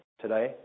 today